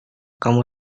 kamu